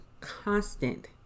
constant